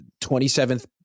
27th